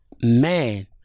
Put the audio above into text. man